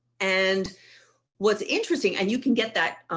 and what's interesting, and you can get that